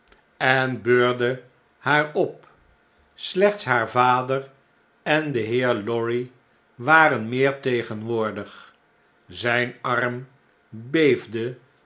en beurde haar op slechts haar vader en de heer lorry waren meer tegenwoordig zijn arm